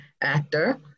actor